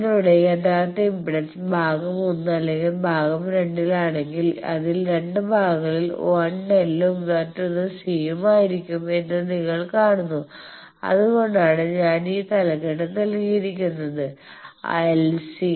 നിങ്ങളുടെ യഥാർത്ഥ ഇംപെഡൻസ് ഭാഗം 1 അല്ലെങ്കിൽ ഭാഗം 2 ൽ ആണെങ്കിൽ അതിൽ 2 ഭാഗങ്ങളിൽ 1 L ഉം മറ്റൊന്ന് C ഉം ആയിരിക്കും എന്ന് നിങ്ങൾ കാണുന്നു അതുകൊണ്ടാണ് ഞാൻ ഈ തലക്കെട്ട് നൽകിയിരിക്കുന്നത് LC